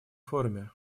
форуме